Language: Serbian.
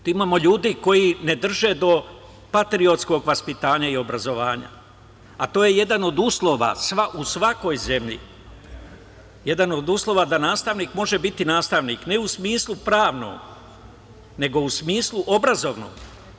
Tu imamo ljudi koji ne drže do patriotskog vaspitanja i obrazovanja, a to je jedan od uslova u svakoj zemlji, jedan od uslova da nastavnik može biti nastavnik, ne u smislu pravnom, nego u smislu obrazovnom.